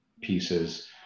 pieces